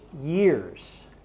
years